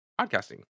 podcasting